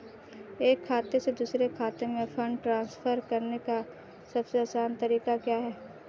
एक खाते से दूसरे खाते में फंड ट्रांसफर करने का सबसे आसान तरीका क्या है?